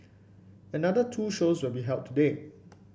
another two shows will be held today